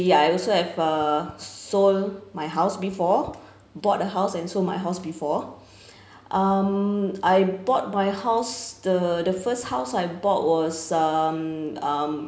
ya I also have uh sold my house before bought a house and sold my house before um I bought my house the the first house I bought was um um